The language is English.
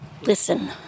Listen